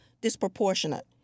disproportionate